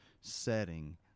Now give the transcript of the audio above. setting